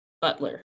Butler